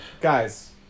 guys